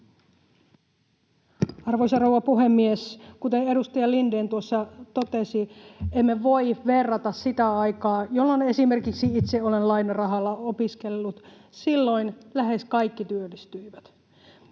Arvoisa rouva puhemies! Kuten edustaja Lindén tuossa totesi, emme voi verrata tätä siihen aikaan, jolloin esimerkiksi itse olen lainarahalla opiskellut. Silloin lähes kaikki työllistyivät.